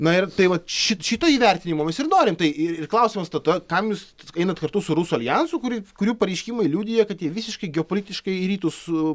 na ir tai vat ši šito įvertinimo ir norim tai klausimas tada kam jūs einat kartu su rusų aljansu kuri kurių pareiškimai liudija kad jie visiškai geopolitiškai į rytus su